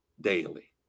daily